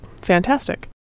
fantastic